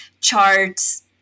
charts